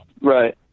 Right